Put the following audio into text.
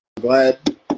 glad